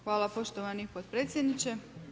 Hvala poštovani podpredsjedniče.